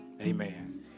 Amen